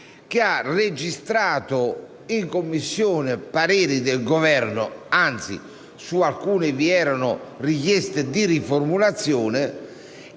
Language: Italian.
che ha registrato in Commissione pareri del Governo su emendamenti; anzi, su alcuni vi erano richieste di riformulazione,